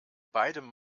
beidem